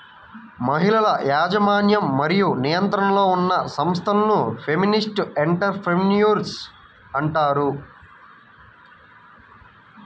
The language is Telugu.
మహిళల యాజమాన్యం మరియు నియంత్రణలో ఉన్న సంస్థలను ఫెమినిస్ట్ ఎంటర్ ప్రెన్యూర్షిప్ అంటారు